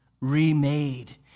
Remade